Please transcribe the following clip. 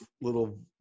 little